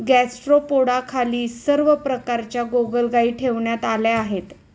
गॅस्ट्रोपोडाखाली सर्व प्रकारच्या गोगलगायी ठेवण्यात आल्या आहेत